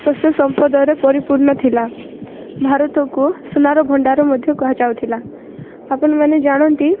ଶସ୍ୟ ସମ୍ପଦରେ ପରିପୂର୍ଣ୍ଣ ଥିଲା ଭାରତକୁ ସୁନାର ଭଣ୍ଡାର ମଧ୍ୟ କୁହାଯାଉଥିଲା ଆପଣମାନେ ଜାଣନ୍ତି